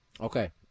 Okay